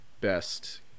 best